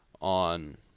on